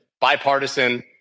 Bipartisan